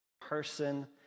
person